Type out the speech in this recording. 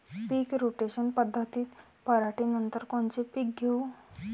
पीक rotation पद्धतीत पराटीनंतर कोनचे पीक घेऊ?